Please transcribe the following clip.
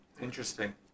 Interesting